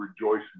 rejoice